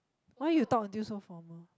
why you talk until so formal